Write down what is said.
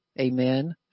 Amen